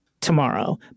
tomorrow